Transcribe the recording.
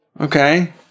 Okay